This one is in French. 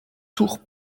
tour